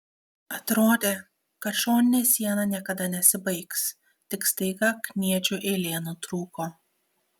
atrodė kad šoninė siena niekada nesibaigs tik staiga kniedžių eilė nutrūko